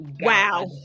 Wow